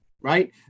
right